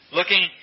Looking